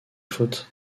faute